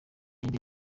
yindi